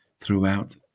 throughout